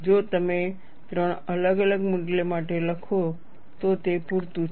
જો તમે 3 અલગ અલગ મૂલ્યો માટે લખો તો તે પૂરતું છે